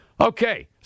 Okay